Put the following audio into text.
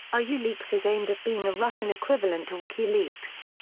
ah yeah ruleaks is aimed at being a russian equivalent to wikileaks.